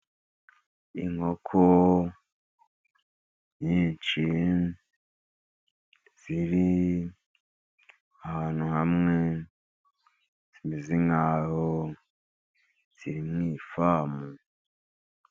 Inkoko nyinshi ziri ahantu hamwe, zimeze nkaho ziri mu ifamu.